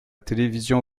télévision